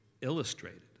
illustrated